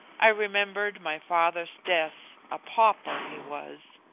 i remembered my father's death a pauper he was.